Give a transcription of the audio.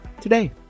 today